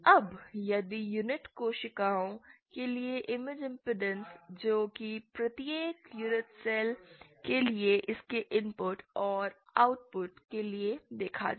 अब यदि यूनिट कोशिकाओं के लिए इमेज इमपेडेंस जो कि प्रत्येक यूनिट सेल के लिए इसके इनपुट और आउटपुट के लिए देखा जाए